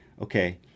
okay